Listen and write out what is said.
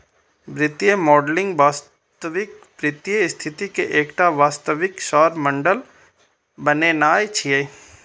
वित्तीय मॉडलिंग वास्तविक वित्तीय स्थिति के एकटा वास्तविक सार मॉडल बनेनाय छियै